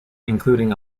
including